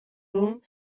room